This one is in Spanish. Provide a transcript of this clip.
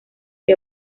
que